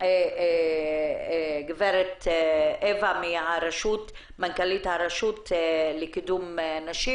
הגברת אווה מנכ"לית הרשות לקידום נשים,